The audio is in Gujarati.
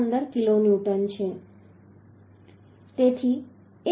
15 કિલોન્યૂટન છે